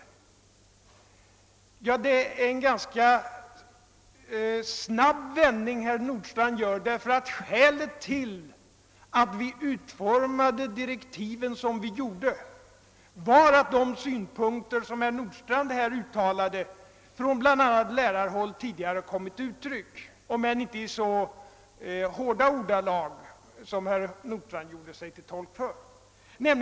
Herr Nordstrandh gör här en ganska snabb vändning. Skälet till att vi utformade direktiven på det sätt som skedde var just att de synpunkter som herr Nordstrandh här uttalade tidigare kommit till uttryck från bl.a. lärarhåll, om än inte i så hårda ordalag som från herr Nordstrandhs sida.